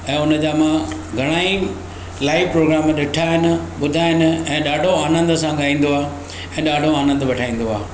ऐं उनजा मां घणाई लाइव प्रोग्राम ॾिठा आहिनि ॿुधा आहिनि ऐं ॾाढो आनंद सां ॻाईंदो आहे ॾाढो आनंद वठाईंदो आहे